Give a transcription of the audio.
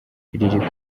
riri